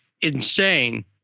insane